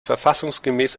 verfassungsgemäß